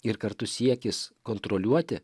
ir kartu siekis kontroliuoti